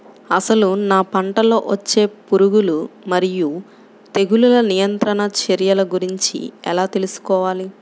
అసలు నా పంటలో వచ్చే పురుగులు మరియు తెగులుల నియంత్రణ చర్యల గురించి ఎలా తెలుసుకోవాలి?